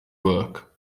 work